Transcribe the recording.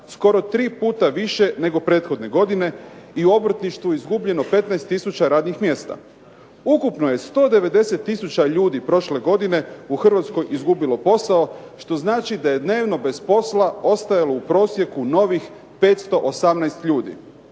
skoro tri puta više nego prethodne godine i u obrtništvu izgubljeno 15000 radnih mjesta. Ukupno je 190000 ljudi prošle godine u Hrvatskoj izgubilo posao što znači da je dnevno bez posla ostajalo u prosjeku novih 518 ljudi.